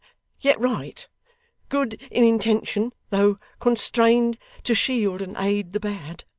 yet right good in intention, though constrained to shield and aid the bad.